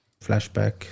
flashback